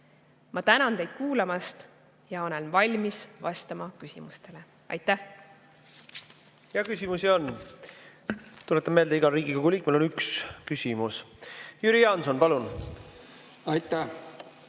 Ma tänan teid kuulamast ja olen valmis vastama küsimustele. Aitäh! Ja küsimusi on. Tuletan meelde, et igal Riigikogu liikmel on üks küsimus. Jüri Jaanson, palun!